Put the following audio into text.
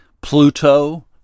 Pluto